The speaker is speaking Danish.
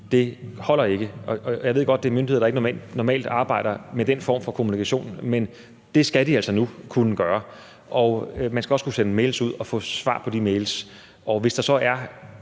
det holder ikke. Jeg ved godt, at det er en myndighed, der ikke normalt arbejder med den form for kommunikation, men det skal de altså nu kunne gøre, og man skal også kunne sende mails ud og få svar på de mails. Og hvis der så er